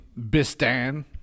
Bistan